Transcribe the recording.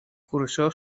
cursó